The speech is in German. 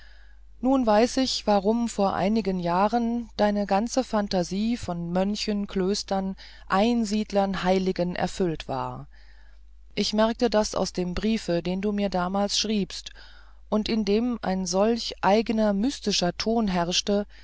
nun weiß ich warum vor einigen jahren deine ganze phantasie von mönchen klöstern einsiedlern heiligen erfüllt war ich merkte das aus dem briefe den du mir damals schriebst und in dem ein solch eigner mystischer ton herrschte